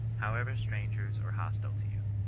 however strangers or hostile to you.